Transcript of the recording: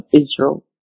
Israel